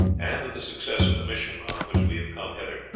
and the success of the mission on which we have come hither,